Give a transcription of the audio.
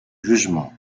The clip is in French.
jugement